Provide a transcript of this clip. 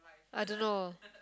I don't know